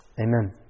Amen